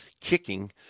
kicking